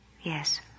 Yes